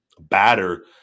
batter